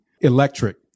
electric